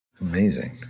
Amazing